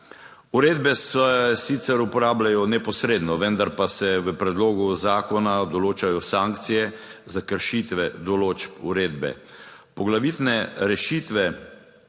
Uredbe se sicer uporabljajo neposredno, vendar pa se v predlogu zakona določajo sankcije za kršitve določb uredbe.